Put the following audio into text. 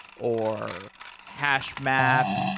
or hash map.